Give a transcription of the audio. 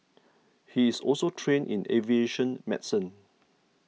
he is also trained in aviation medicine